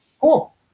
Cool